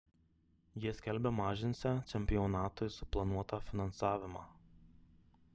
jie skelbia mažinsią čempionatui suplanuotą finansavimą